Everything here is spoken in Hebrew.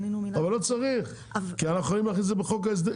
לא צריך כי אנחנו יכולים להכניס את זה לחוק ההסדרים.